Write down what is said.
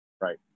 right